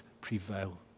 prevail